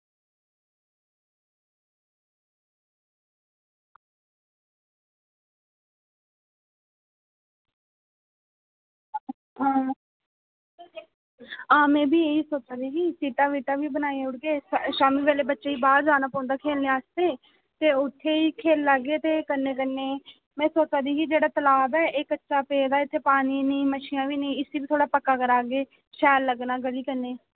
आं आं में बी एह् सोचा दी ही की कि सीटां बी बनाई ओड़गे शामीं बेल्लै बच्चें गी बाह्र जाना पौंदा खेल्लने आस्तै ते उत्थै गै खेला गे ते कन्नै कन्नै में सोचा दी ही जेह्ड़ा तलाब ऐ इत्थें पानी बी नेईं मच्छियां बी नेईं ते इसी बी थोह्ड़ा पक्का करागे शैल लग्गना गली कन्नै